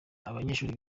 abanyeshuri